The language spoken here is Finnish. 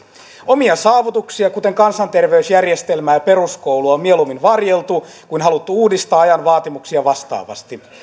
omia saavutuksia kuten kansanterveysjärjestelmää ja peruskoulua on mieluummin varjeltu kuin haluttu uudistaa ajan vaatimuksia vastaavasti